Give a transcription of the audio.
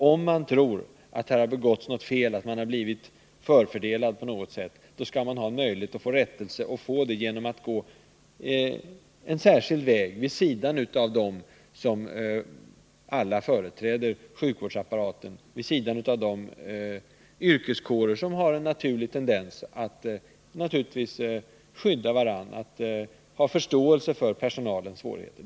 Om man tror att det har begåtts något fel, att man har blivit förfördelad, skall man ha möjlighet att få rättelse och få det genom att gå en särskild väg vid sidan av de yrkeskårer som företräder sjukvårdsapparaten och som har en naturlig tendens att skydda varandra, att ha förståelse för personalens svårigheter.